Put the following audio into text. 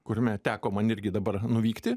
kuriame teko man irgi dabar nuvykti